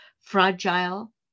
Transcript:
fragile